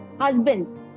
husband